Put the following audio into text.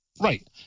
Right